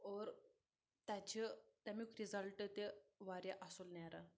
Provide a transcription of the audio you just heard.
اور تَتہِ چھِ تَمیُک رِزلٹ تہِ واریاہ اَصٕل نیران